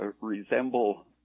resemble